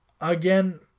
again